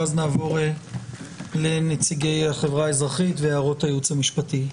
ואז נעבור לנציגי החברה האזרחית והערות הייעוץ המשפטי.